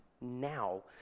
now